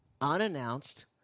unannounced